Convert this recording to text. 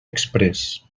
exprés